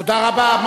תודה רבה.